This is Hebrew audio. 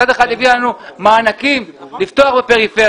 מצד אחד נתן לנו מענקים לפתוח בפריפריה